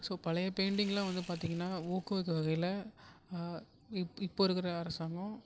so பழைய பெயிண்டிங்லாம் வந்து பார்த்திங்கன்னா ஊக்குவிக்க வகையில் இப்போ இருக்கிற அரசாங்கம்